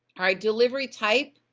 alright, delivery type,